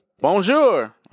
Bonjour